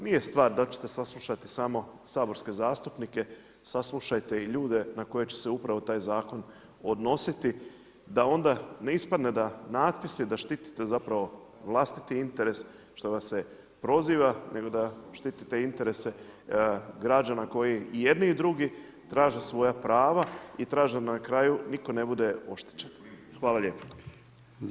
Nije stvar da li ćete saslušati samo saborske zastupnike, saslušajte i ljude na koje će se upravo taj Zakon odnositi, da onda ne ispadnu natpisi da štitite upravo vlastiti interes, što vas se proziva, nego da štitite interese građana koji i jedni i drugi traže svoja prava i da na kraju nitko ne bude oštećen.